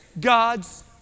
God's